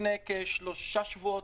לפני כשלושה שבועות,